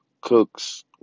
Cooks